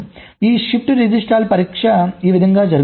ఈ షిఫ్ట్ రిజిస్టర్ల పరీక్ష ఈ విధంగా జరుగుతుంది